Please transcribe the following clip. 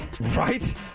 Right